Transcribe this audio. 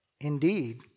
Indeed